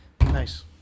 nice